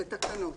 בתקנות,